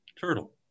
Turtle